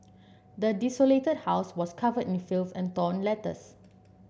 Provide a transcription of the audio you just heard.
the desolated house was covered in filth and torn letters